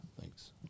Thanks